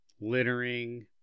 littering